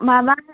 माबा